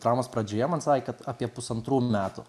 traumos pradžioje man sakė kad apie pusantrų metų